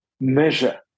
measure